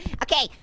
okay,